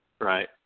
Right